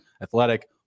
athletic